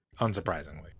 unsurprisingly